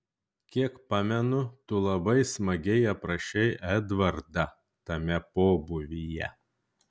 kiek pamenu tu labai smagiai aprašei edvardą tame pobūvyje